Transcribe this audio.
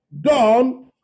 done